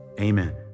amen